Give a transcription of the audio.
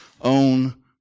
own